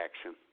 action